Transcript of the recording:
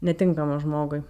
netinkamas žmogui